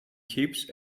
keeps